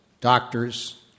doctors